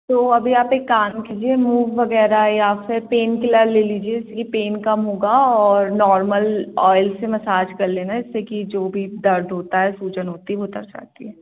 तो अभी आप एक काम कीजिए मूव वगैरह या फ़िर पैन किलर ले लीजिए जिससे कि पेन कम होगा और नॉर्मल आयल से मसाज कर लेना इससे कि जो भी दर्द होता है सूजन होती है वह उतर जाती है